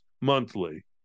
monthly